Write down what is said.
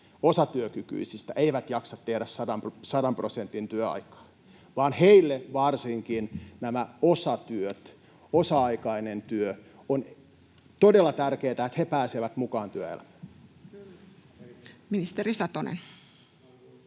osatyökykyisistä ei jaksa tehdä sadan prosentin työaikaa vaan varsinkin heille osa-aikainen työ on todella tärkeätä, jotta he pääsevät mukaan työelämään. Ministeri Satonen.